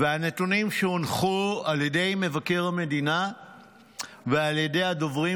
והנתונים שהונחו על ידי מבקר המדינה ועל ידי הדוברים